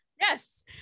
yes